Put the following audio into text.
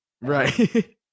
Right